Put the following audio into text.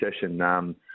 session